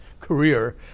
career